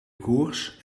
koers